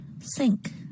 Sink